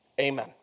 Amen